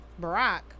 barack